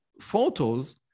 photos